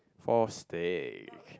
for steak